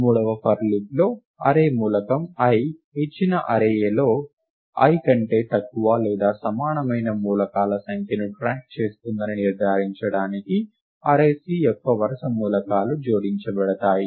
మూడవ ఫర్ లూప్లో అర్రే మూలకం i ఇచ్చిన అర్రే Aలో i కంటే తక్కువ లేదా సమానమైన మూలకాల సంఖ్యను ట్రాక్ చేస్తుందని నిర్ధారించడానికి అర్రే C యొక్క వరుస మూలకాలు జోడించబడతాయి